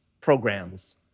programs